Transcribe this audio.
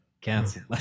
Cancel